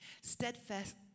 Steadfast